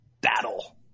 battle